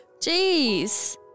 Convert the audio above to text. Jeez